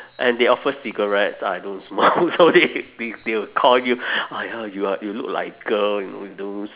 and they offer cigarettes I don't smoke so they they they'll call you !aiya! you are you look like girl you know don't